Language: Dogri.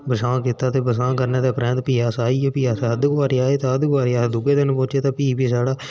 बसांऽ कीता ते बसांऽ करने दे परैंत फ्ही अस अद्ध कुआरी आए अद्ध कुआरी दा अ दूए दिन पुज्जे फ्ही बी साढ़ा